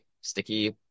sticky